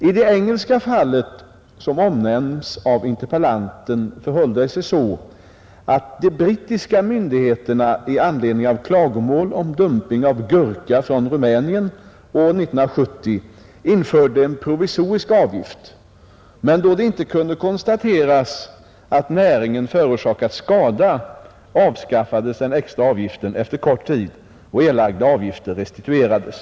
I det engelska fallet som omnämns av interpellanten förhöll det sig så att de brittiska myndigheterna i anledning av klagomål om dumping av gurka från Rumänien år 1970 införde en provisorisk avgift men då det inte kunde konstateras att näringen förorsakats skada avskaffades den extra avgiften efter kort tid och erlagda avgifter restituerades.